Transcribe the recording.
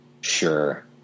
Sure